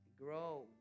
Grow